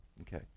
okay